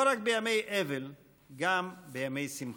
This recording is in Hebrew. לא רק בימי אבל, גם בימי שמחה.